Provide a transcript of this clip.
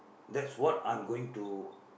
that's what I am going to